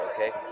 Okay